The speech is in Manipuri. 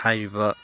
ꯍꯥꯏꯔꯤꯕ